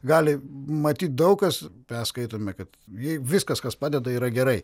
gali matyt daug kas mes skaitome kad viskas kas padeda yra gerai